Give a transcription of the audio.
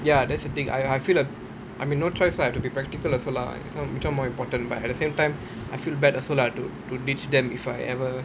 ya that's the thing I I feel I mean no choice I have to be practical also lah this one which one more important but at the same time I feel bad also lah to to ditch them if I ever